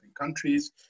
countries